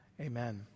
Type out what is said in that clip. Amen